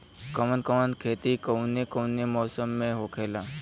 कवन कवन खेती कउने कउने मौसम में होखेला?